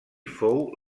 fou